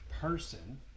person